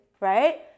right